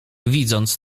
widząc